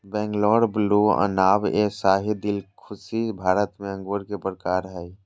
Bangalore blue, Anab e Shahi, Dilkhushi Bharat में अंगूर के प्रकार हय